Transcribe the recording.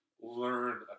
learn